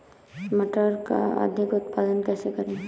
मटर का अधिक उत्पादन कैसे करें?